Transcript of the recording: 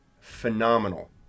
phenomenal